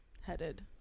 headed